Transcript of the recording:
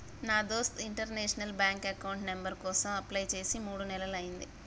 నా దోస్త్ international bank account number కోసం అప్లై చేసి మూడు నెలలయ్యింది